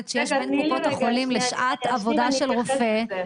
שיש בין קופות החולים לשעת עבודה של רופא.